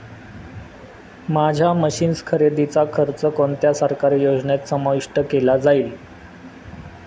माझ्या मशीन्स खरेदीचा खर्च कोणत्या सरकारी योजनेत समाविष्ट केला जाईल?